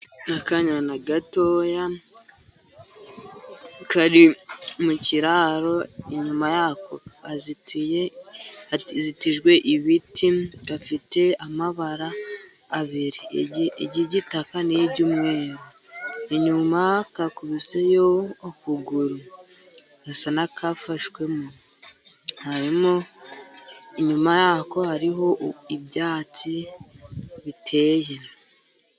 Akanyana gatoya kari mu kiraro. Inyuma y'ako hazitijwe ibiti. Gafite amabara abiri. Iry'igitaka n'iry'umweru. Inyuma kakubiseyo ukuguru, gasa n'akafashwemo. Inyuma yako hariho ibyatsi biteye.